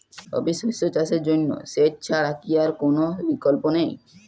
রবি শস্য চাষের জন্য সেচ ছাড়া কি আর কোন বিকল্প নেই?